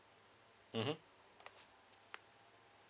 mmhmm